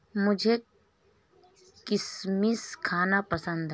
मुझें किशमिश खाना पसंद है